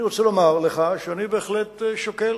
אני רוצה לומר לך שאני בהחלט שוקל